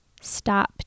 stop